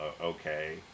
okay